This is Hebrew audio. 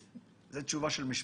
זו תשובה של משפטן.